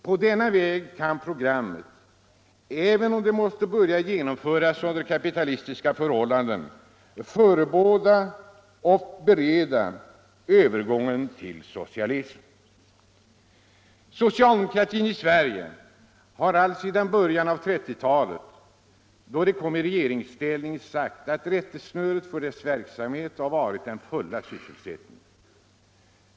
På denna väg kan programmet, även om det måste börja genomföras under kapitalistiska förhållanden, förebåda och bereda övergången till socialismen. Socialdemokratin i Sverige har alltsedan början av 1930-talet, då den kom i regeringsställning, sagt att rättesnöret för dess verksamhet har varit den fulla sysselsättningen.